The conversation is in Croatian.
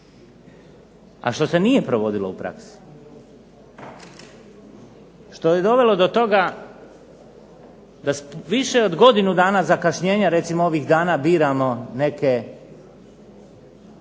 a što se nije provodilo u praksi što je dovelo do toga da više od godinu dana zakašnjenja recimo ovih dana biramo neke